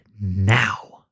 now